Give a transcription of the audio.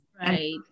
right